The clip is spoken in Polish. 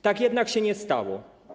Tak jednak się nie stało.